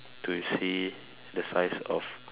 to see the size of